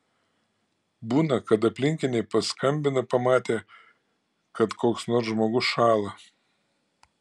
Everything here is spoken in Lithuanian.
būna kad aplinkiniai paskambina pamatę kad koks nors žmogus šąla